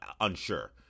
unsure